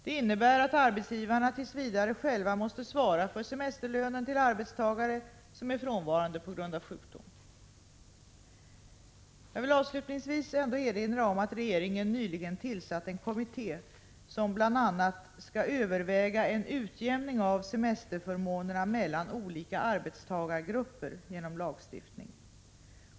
Det innebär att arbetsgivarna tills vidare själva måste svara för semesterlönen till arbetstagare som är frånvarande på grund av sjukdom. Jag vill avslutningsvis ändå erinra om att regeringen nyligen har tillsatt en kommitté, som bl.a. skall överväga en utjämning av semesterförmånerna mellan olika arbetstagargrupper genom lagstiftning.